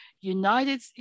united